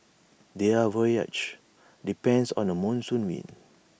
their voyages depends on the monsoon winds